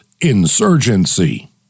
insurgency